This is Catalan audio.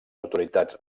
autoritats